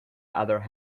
other